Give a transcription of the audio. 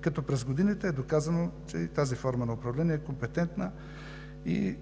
като през годините е доказано, че и тази форма на управление е компетентна и